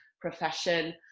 profession